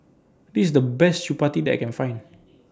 This IS The Best Chapati that I Can Find